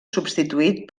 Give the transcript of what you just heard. substituït